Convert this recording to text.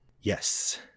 yes